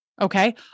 Okay